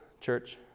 church